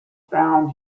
found